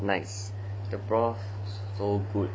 the broth so good